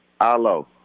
Alo